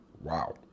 Wow